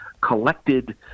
collected